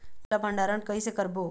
गेहूं ला भंडार कई से करबो?